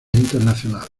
internacionales